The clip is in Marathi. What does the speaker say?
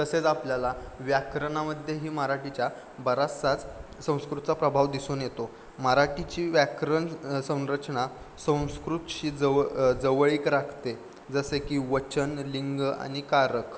तसेच आपल्याला व्याकरणामध्येही मराठीच्या बराचसाच संस्कृतचा प्रभाव दिसून येतो मराठीची व्याकरण संरचना संस्कृतशी जवळ जवळीक राखते जसे की वचन लिंग आणि कारक